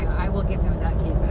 i will give him that key